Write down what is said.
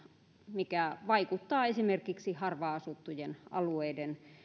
mikä vaikuttaa esimerkiksi harvaan asuttujen alueiden